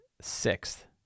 sixth